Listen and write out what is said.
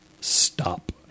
stop